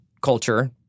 culture